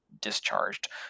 discharged